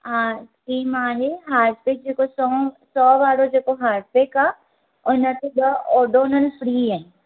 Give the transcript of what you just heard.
हा स्कीम आहे हारपिक जेको सौ सौ वारो जेको हारपिक आहे उनते ॾह ओडोनिल फ्री आहिनि